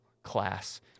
class